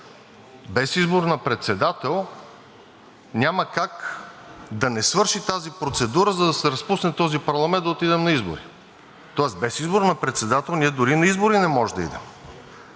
Без избор на председател няма как да не свърши тази процедура, за да се разпусне този парламент, и да отидем на избори. Тоест без избор на председател ние дори на избори не може да идем.